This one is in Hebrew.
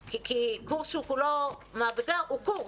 קורס שהוא כולו מעבדה, הוא קורס.